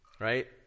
right